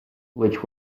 which